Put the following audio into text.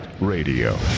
Radio